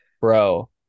bro